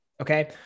okay